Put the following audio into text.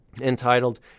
entitled